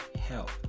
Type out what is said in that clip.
help